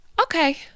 okay